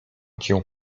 cię